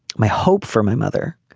my hope for my mother